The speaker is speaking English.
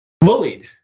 bullied